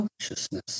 consciousness